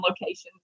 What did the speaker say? locations